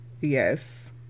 Yes